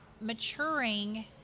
maturing